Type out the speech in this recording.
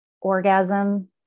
orgasm